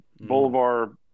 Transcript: Boulevard